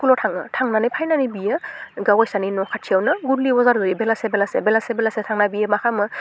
स्कुलाव थाङो थांनानै फाइनानै बियो गावैसानि न खाथियावनो बेलासे बेलासे बेलासे बेलासे थांना बियो मा खामो